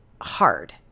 hard